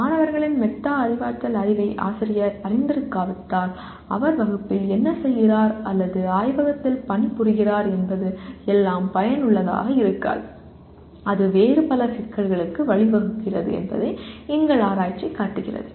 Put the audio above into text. மாணவர்களின் மெட்டா அறிவாற்றல் அறிவை ஆசிரியர் அறிந்திருக்காவிட்டால் அவர் வகுப்பில் என்ன செய்கிறார் அல்லது ஆய்வகத்தில் பணிபுரிகிறார் என்பது எல்லாம் பயனுள்ளதாக இருக்காது அது வேறு பல சிக்கல்களுக்கு வழிவகுக்கிறது என்பதை எங்கள் ஆராய்ச்சி காட்டுகிறது